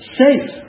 safe